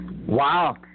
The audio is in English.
Wow